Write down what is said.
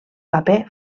paper